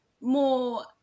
more